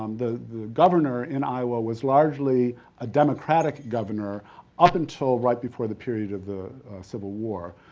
um the the governor in iowa was largely a democratic governor up until right before the period of the civil war.